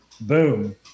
boom